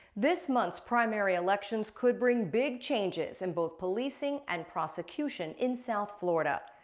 this month's primary elections could bring big changes in both policing and prosecution in south florida.